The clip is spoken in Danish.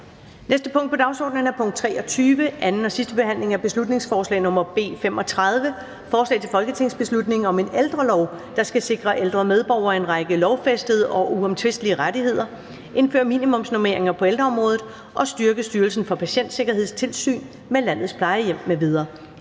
næste punkt på dagsordenen er: 23) 2. (sidste) behandling af beslutningsforslag nr. B 35: Forslag til folketingsbeslutning om en ældrelov, der skal sikre ældre medborgere en række lovfæstede og uomtvistelige rettigheder, indføre minimumsnormeringer på ældreområdet og styrke Styrelsen for Patientsikkerheds tilsyn med landets plejehjem m.v.